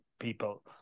people